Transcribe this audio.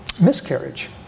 miscarriage